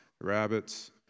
rabbits